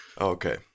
Okay